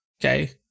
Okay